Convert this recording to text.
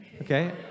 Okay